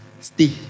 stay